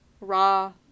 raw